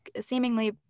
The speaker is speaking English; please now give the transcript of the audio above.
seemingly